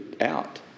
out